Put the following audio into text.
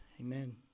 Amen